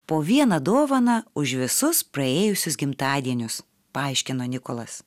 po vieną dovaną už visus praėjusius gimtadienius paaiškino nikolas